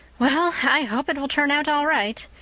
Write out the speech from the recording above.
well, i hope it will turn out all right,